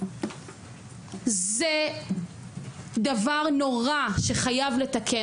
זה דבר נורא שחייב לתקן.